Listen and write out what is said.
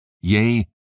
Yea